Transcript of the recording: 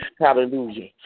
Hallelujah